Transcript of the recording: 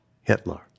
Hitler